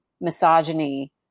misogyny